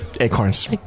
Acorns